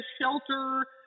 shelter